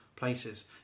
places